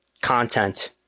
content